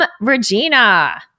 Regina